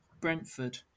Brentford